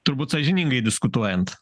turbūt sąžiningai diskutuojant